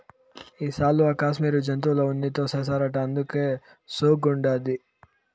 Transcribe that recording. ఈ శాలువా కాశ్మీరు జంతువుల ఉన్నితో చేస్తారట అందుకే సోగ్గుండాది